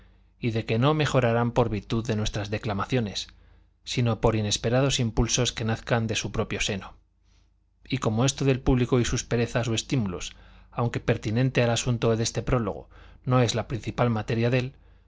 y de que no mejorarán por virtud de nuestras declamaciones sino por inesperados impulsos que nazcan de su propio seno y como esto del público y sus perezas o estímulos aunque pertinente al asunto de este prólogo no es la principal materia de